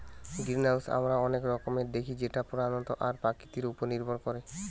greenhouse আমরা অনেক রকমের দেখি যেটা প্রধানত তার আকৃতি উপর নির্ভর করে